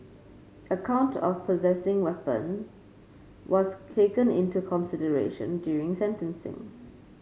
a count of possessing the weapon was taken into consideration during sentencing